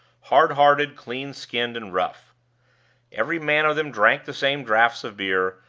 hard-hearted, clean-skinned, and rough every man of them drank the same draughts of beer,